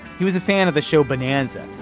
he was a fan of the show bonanza.